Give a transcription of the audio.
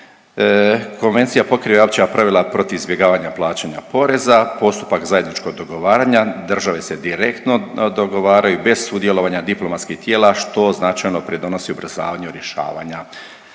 Konvencija pokriva opća pravila protiv izbjegavanja plaćanja poreza, postupak zajedničkog dogovaranja, države se direktno dogovaraju bez sudjelovanja diplomatskih tijela, što značajno pridonosi ubrzavanju rješavanja